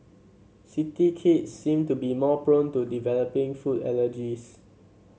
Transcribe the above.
city kids seem to be more prone to developing food allergies